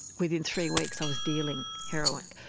within three weeks i was dealing heroin.